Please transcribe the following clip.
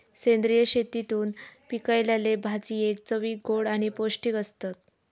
सेंद्रिय शेतीतून पिकयलले भाजये चवीक गोड आणि पौष्टिक आसतत